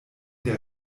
der